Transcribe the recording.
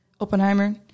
Oppenheimer